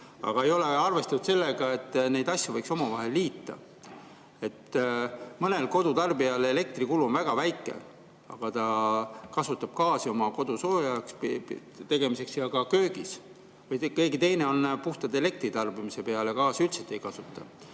aga ei ole arvestatud sellega, et neid asju võiks omavahel liita. Mõnel kodutarbijal on elektrikulu väga väike, aga ta kasutab gaasi oma kodu soojaks tegemiseks ja ka köögis. Keegi teine on puhtalt elektritarbimise peal, gaasi üldse ei kasuta.